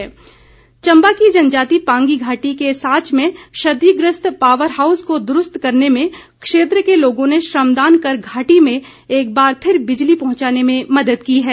श्रमदान चम्बा की जनजातीय पांगी घाटी के साच में क्षतिग्रस्त पावर हाउस को दुरूस्त करने में क्षेत्र के लोगों ने श्रमदान कर घाटी में एक बार फिर बिजली पहुंचाने में मदद की है